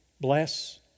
Bless